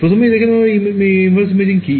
প্রথমেই দেখতে হবে ইনভার্স ইমেজিং কি